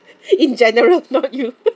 in general not you